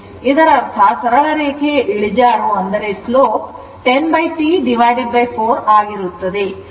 ಇದರರ್ಥ ಸರಳ ರೇಖೆಯ ಇಳಿಜಾರು 10 T 4 ಆಗಿರುತ್ತದೆ